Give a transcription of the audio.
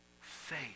Faith